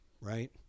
right